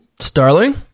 starling